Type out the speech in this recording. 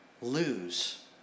lose